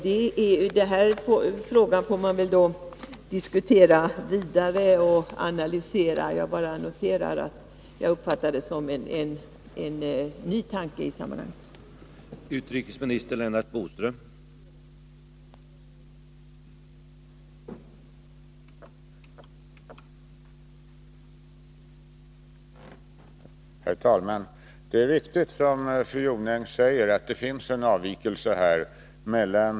Den här saken får man analysera vidare och diskutera — jag bara noterar att det är en i sammanhanget ny tanke.